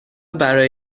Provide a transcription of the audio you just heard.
برای